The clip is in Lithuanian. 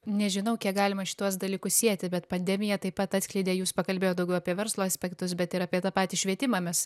nežinau kiek galima šituos dalykus sieti bet pandemija taip pat atskleidė jūs pakalbėjot daugiau apie verslo aspektus bet ir apie tą patį švietimą mes